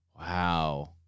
Wow